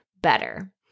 better